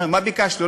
מה ביקשנו?